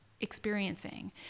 experiencing